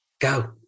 go